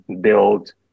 build